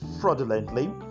fraudulently